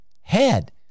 head